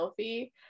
selfie